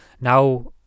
now